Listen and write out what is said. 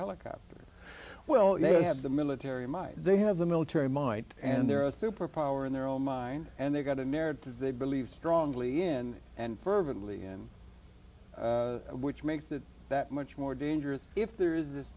helicopter well they have the military might they have the military might and there are through propounder in their own mind and they've got a narrative they believe strongly in and fervently in which makes it that much more dangerous if there is